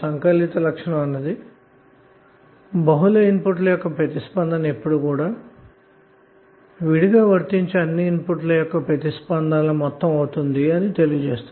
సంకలిత లక్షణం ఏమి చెబుతుందంటే బహుళఇన్పుట్ ల యొక్క ప్రతిస్పందన అన్నది ఎల్లప్పుడూ కూడా విడిగా వర్తించే అన్ని ఇన్పుట్ ల యొక్క ప్రతిస్పందనల మొత్తం అవుతుంది అన్న మాట